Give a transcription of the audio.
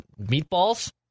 meatballs